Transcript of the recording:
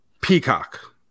peacock